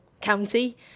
county